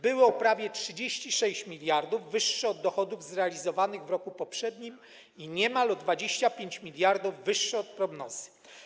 Były o prawie 36 mld wyższe od dochodów zrealizowanych w roku poprzednim i niemal o 25 mld wyższe od prognozy.